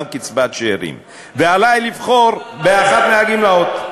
קצבת שאירים ועלי לבחור באחת מהגמלאות.